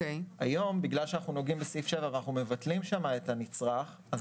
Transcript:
היום בגלל שאנחנו נוגעים בסעיף 7 ומבטלים שם את הנצרך אז